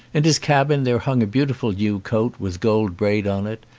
in his cabin there hung a beautiful new coat with gold braid on it,